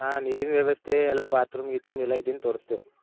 ಹಾಂ ನೀರಿನ ವ್ಯವಸ್ಥೆ ಎಲ್ಲ ಬಾತ್ರೂಮ್ ಗೀತ್ರೂಮ್ ಎಲ್ಲ ಇದ್ದೀನಿ ತೋರ್ಸ್ತೆವೆ